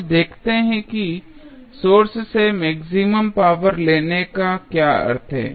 अब देखते हैं कि सोर्स से मैक्सिमम पावर लेने का क्या अर्थ है